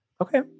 Okay